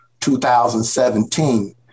2017